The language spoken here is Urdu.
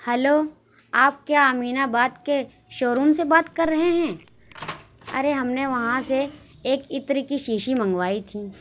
ہلو آپ کیا امین آباد کے شو روم سے بات کر رہے ہیں ارے ہم نے وہاں سے ایک عطر کی شیشی منگوائی تھی